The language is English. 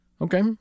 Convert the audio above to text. Okay